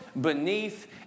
beneath